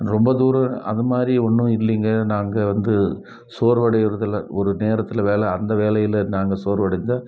ரொம்ப தூரம் அது மாதிரி ஒன்றும் இல்லைங்க நாங்கள் வந்து சோர்வடையுறதில்லை ஒரு நேரத்தில் வேலை அந்த வேலையில் நாங்கள் சோர்வடைந்து